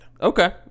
Okay